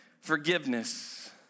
forgiveness